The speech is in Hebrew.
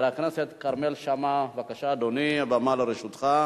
בהצלחה לעושים במלאכה.